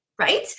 right